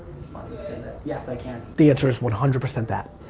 you say that. yes, i can. the answer is one hundred percent that.